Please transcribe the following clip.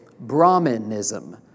Brahmanism